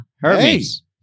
Hermes